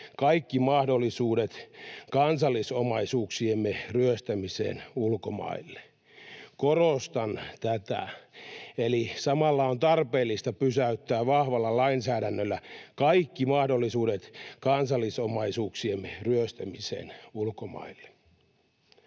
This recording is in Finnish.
kaikki mahdollisuudet kansallisomaisuuksiemme ryöstämiseen ulkomaille. Korostan tätä: samalla on tarpeellista pysäyttää vahvalla lainsäädännöllä kaikki mahdollisuudet kansallisomaisuuksiemme ryöstämiseen ulkomaille.